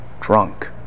drunk